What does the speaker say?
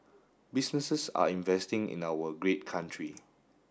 businesses are investing in our great country